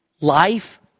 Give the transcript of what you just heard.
life